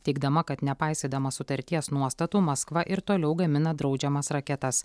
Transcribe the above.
teigdama kad nepaisydama sutarties nuostatų maskva ir toliau gamina draudžiamas raketas